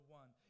one